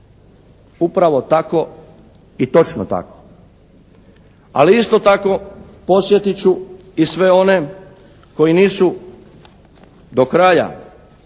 Upravo tako i točno tako. Ali isto tako, podsjetit ću i sve one koji nisu do kraja